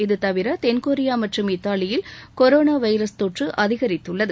இது தவிர தென்கொரியா மற்றும் இத்தாலியில் கொரோனா வைரஸ் தொற்று அதிகரித்துள்ளது